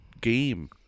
game